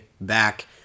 back